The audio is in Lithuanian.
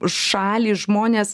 šalį žmones